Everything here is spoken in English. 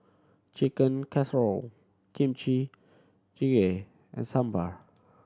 Chicken Casserole Kimchi Jjigae and Sambar